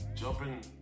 jumping